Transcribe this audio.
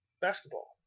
basketball